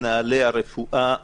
תעבדו עם מנהלי הרפואה המחוזיים,